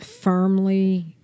firmly